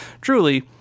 truly